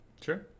Sure